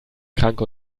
kranke